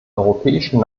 europäischen